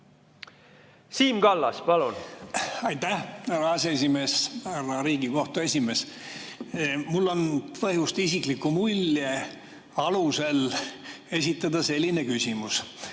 Siim Kallas, palun! Aitäh, härra aseesimees! Härra Riigikohtu esimees! Mul on põhjust isikliku mulje alusel esitada selline küsimus.